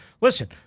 listen